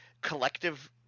collective